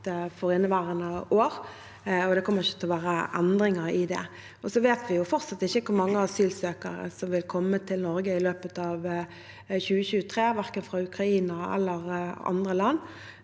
for inneværende år, og det kommer ikke til å være endringer i det. Vi vet faktisk ikke hvor mange asylsøkere som vil komme til Norge i løpet av 2023, verken fra Ukraina eller andre land,